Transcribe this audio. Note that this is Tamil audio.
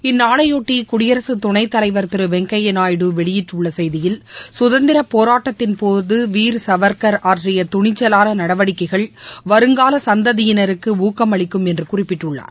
இந்நாளையொட்டி குடியரசு துணைத்தலைவர் திரு வெங்கையா நாயுடு வெளியிட்டுள்ள செய்தியில் கதந்திரப் போராட்டத்தின் போது வீர் சாவர்கள் ஆற்றிய துணிச்சலாள நடவடிக்கைகள் வருங்கால சந்ததியினருக்கு ஊக்கம் அளிக்கும் என்று குறிப்பிட்டுள்ளார்